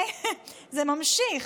זה ממשיך: